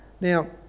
Now